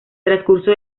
transcurso